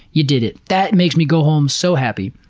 you did it. that makes me go home so happy.